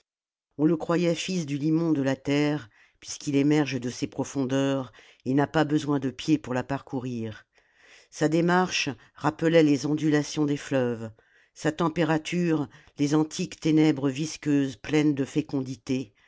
on le croyait fils du limon de la terre puisqu'il émerge de ses profondeurs et n'a pas besoin de pieds pour la parcourir sa démarche rappelait les ondulations des fleuves sa température les antiques ténèbres visqueuses pleines de fécondités